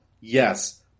Yes